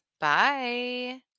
Bye